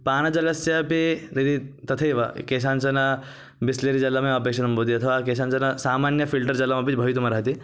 पानजलस्यापि यदि तथैव केषाञ्चन बिस्लेरि जलमेव अपेक्षितं भवति अथवा केषाञ्चन सामान्य फ़िल्टर् जलमपि भवितुमर्हति